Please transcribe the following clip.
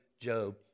Job